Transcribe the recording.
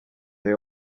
they